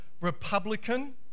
republican